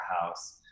house